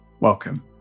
Welcome